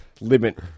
limit